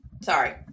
Sorry